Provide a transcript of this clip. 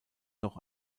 noch